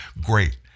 great